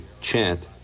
chant